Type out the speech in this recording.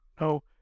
No